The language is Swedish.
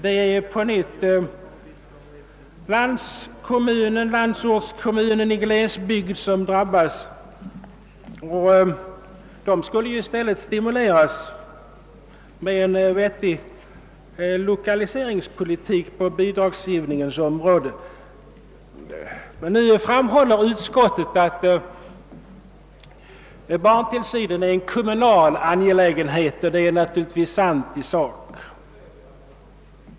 Det är på nytt landsortskommunerna i glesbygder som drabbas, och de borde i stället stimuleras med en vettig lokaliseringspolitik på bidragsgivningens område. Utskottet framhåller att barntillsynen är en kommunal angelägenhet, och det är naturligtvis sant i sak.